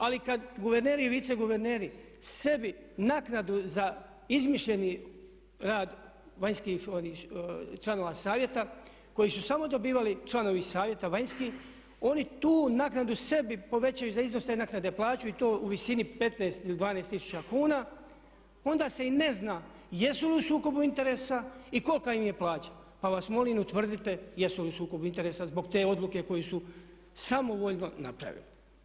Ali kad guverner i vice guverneri sebi naknadu za izmišljeni rad vanjskih članova savjeta koji su samo dobivali članovi savjeta vanjski oni tu naknadu sebi povećaju za iznos te naknade plaću i to u visini 15 ili 12000 kuna, onda se i ne zna jesu li u sukobu interesa i kolika im je plaća, pa vas molim utvrdite jesu li u sukobu interesa zbog te odluke koju su samovoljno napravili.